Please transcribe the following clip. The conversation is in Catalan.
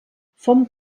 font